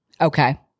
Okay